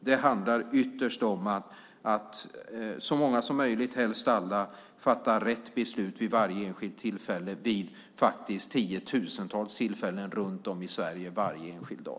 Det handlar ytterst om att så många som möjligt, helst alla, fattar rätt beslut vid varje enskilt tillfälle av de faktiskt tiotusentals tillfällen som uppstår runt om i Sverige varje enskild dag.